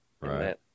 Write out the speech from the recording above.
Right